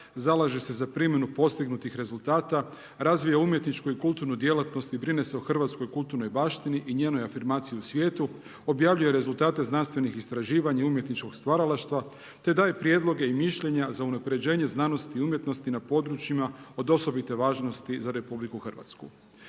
zalaže se za primjenu postignutih rezultata, razvija umjetničku i kulturnu djelatnost i brine se o hrvatskoj kulturnoj baštini i njenoj afirmaciji u svijetu, objavljuje rezultate znanstvenih istraživanja i umjetničkog stvaralaštva te daje prijedloge i mišljenja za unapređenje znanosti i umjetnosti na područjima od osobite važnosti za RH.